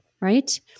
right